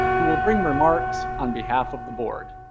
who will bring remarks on behalf of the board.